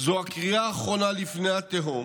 זו הקריאה האחרונה לפני התהום.